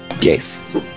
Yes